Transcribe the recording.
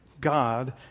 God